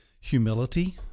humility